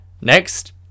Next